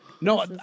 No